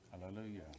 Hallelujah